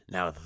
Now